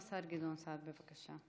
השר גדעון סער, בבקשה.